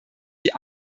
die